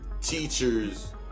teachers